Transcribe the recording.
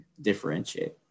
differentiate